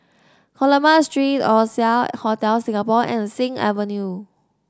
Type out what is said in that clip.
Coleman Street Oasia Hotel Singapore and Sing Avenue